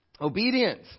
Obedience